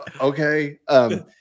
okay